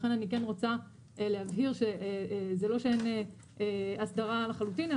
לכן אני כן רוצה להבהיר שזה לא שאין הסדרה לחלוטין,